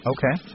Okay